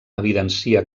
evidencia